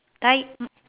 ty~